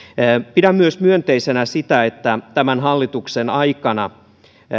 pidän myönteisenä myös sitä että tämän hallituksen aikana